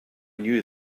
knew